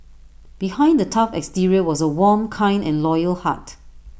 behind the tough exterior was A warm kind and loyal heart